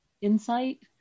insight